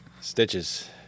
Stitches